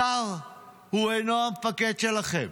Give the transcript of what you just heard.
השר הוא אינו המפקד שלכם.